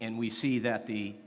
and we see that the